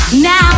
Now